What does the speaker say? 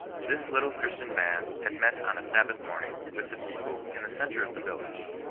this little christian band had met on a sabbath morning, with the people, in the cen tre of the village,